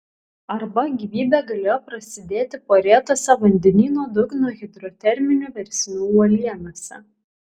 arba gyvybė galėjo prasidėti porėtose vandenyno dugno hidroterminių versmių uolienose